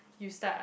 you start